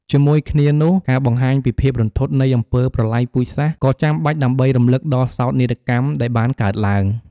ជាមួយគ្នានោះ ការបង្ហាញពីភាពរន្ធត់នៃអំពើប្រល័យពូជសាសន៍ ក៏ចាំបាច់ដើម្បីរំលឹកដល់សោកនាដកម្មដែលបានកើតឡើង។